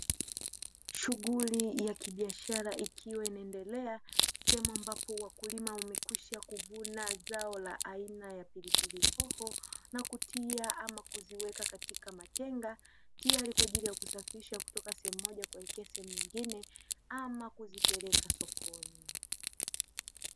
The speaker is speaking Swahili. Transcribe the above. Shughuli ya kibiashara ikiwa inaendelea sehemu, ambapo wakulima wamekwisha kuvuna zao la aina ya pilipili hoho na kutia ama kuziweka katika matenga tayari kwa ajili ya kusafirisha kutoka sehemu moja kupeleka sehemu nyingine ama kuzipeleka sokoni.